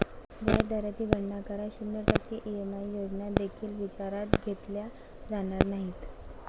व्याज दराची गणना करा, शून्य टक्के ई.एम.आय योजना देखील विचारात घेतल्या जाणार नाहीत